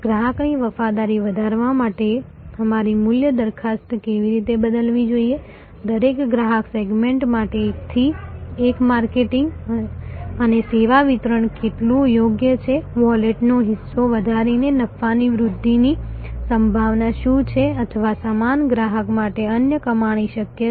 ગ્રાહકની વફાદારી વધારવા માટે અમારી મૂલ્ય દરખાસ્ત કેવી રીતે બદલવી જોઈએ દરેક ગ્રાહક સેગમેન્ટ માટે એકથી એક માર્કેટિંગ અને સેવા વિતરણ કેટલું યોગ્ય છે વૉલેટનો હિસ્સો વધારીને નફાની વૃદ્ધિની સંભાવના શું છે અથવા સમાન ગ્રાહક માટે અન્ય કમાણી શક્ય છે